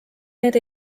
need